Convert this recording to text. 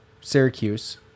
Syracuse